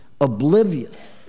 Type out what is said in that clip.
oblivious